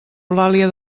eulàlia